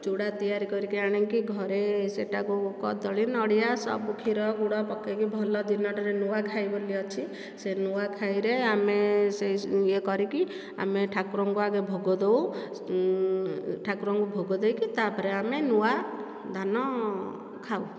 ଚୂଡ଼ା ତିଆରି କରିକି ଆଣିକି ଘରେ ସେହିଟାକୁ କଦଳୀ ନଡ଼ିଆ ସବୁ କ୍ଷୀର ଗୁଡ଼ ପକାଇକି ଭଲ ଦିନଟିରେ ନୂଆଖାଇ ବୋଲି ଅଛି ସେ ନୂଆଖାଇରେ ଆମେ ସେହି ଇଏ କରିକି ଆମେ ଠାକୁରଙ୍କୁ ଆଗେ ଭୋଗ ଦେଉ ଠାକୁରଙ୍କୁ ଭାେଗ ଦେଇକି ତା'ପରେ ଆମେ ନୂଆ ଧାନ ଖାଉ